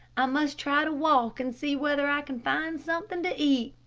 i must try to walk and see whether i can find something to eat.